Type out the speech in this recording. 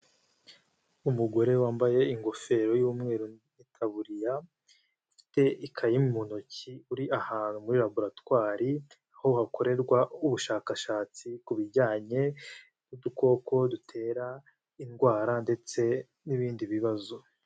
Umugore wambaye ingofero y'umweru n'itaburiya ifite ikayi mu ntoki, uri ahantu muri raboratwari aho hakorerwa ubushakashatsi ku bijyanye n'udukoko dutera indwara ndetse n'ibindi bibazo.